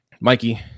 Mikey